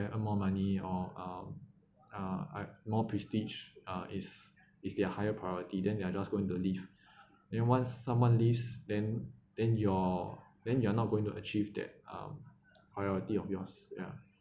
they earn more money or um uh like more prestige uh is is their higher priority then they are just going to leave then once someone leaves then then your then you are not going to achieve that um priority of yours ya